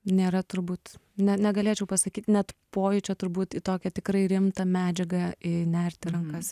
nėra turbūt ne negalėčiau pasakyt net pojūčio turbūt į tokią tikrai rimtą medžiagą įnerti rankas